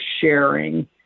sharing